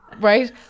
right